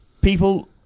People